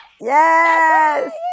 Yes